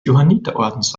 johanniterordens